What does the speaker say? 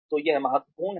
तो यह महत्वपूर्ण है